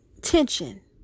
tension